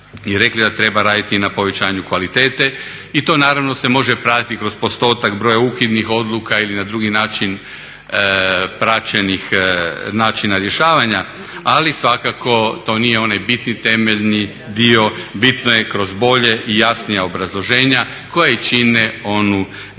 i rekli da treba raditi i na povećanju kvalitete. I to naravno se može pratiti kroz postotak broja …/Govornik se ne razumije./… odluka ili na drugi način praćenih načina rješavanja ali svakako to nije onaj bitni temeljni dio. Bitno je kroz bolja i jasnija obrazloženja koje čine onu